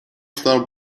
star